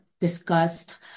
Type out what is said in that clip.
discussed